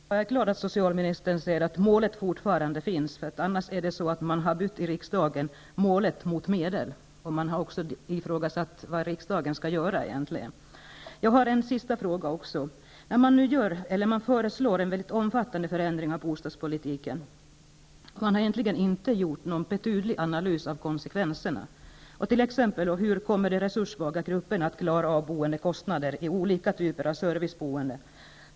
Herr talman! Jag är glad över att socialministern säger att målet fortfarande finns -- annars har man i riksdagen bytt ut målet mot medel och också ifrågasatt vad riksdagen egentligen skall göra. Jag har en sista fråga. Man föreslår nu en mycket omfattande förändring av bostadspolitiken utan att egentligen ha gjort någon betydande analys av konsekvenserna, t.ex. hur de resurssvaga grupperna kommer att klara av boendekostnader i olika typer av serviceboende.